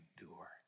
endure